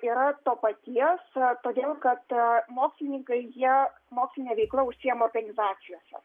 yra to paties todėl kartą mokslininkai jie moksline veikla užsiima organizacijose